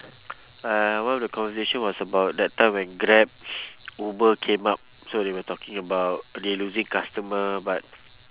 uh one of the conversation was about that time when grab uber came out so they were talking about they losing customer but